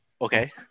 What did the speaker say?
Okay